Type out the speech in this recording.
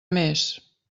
més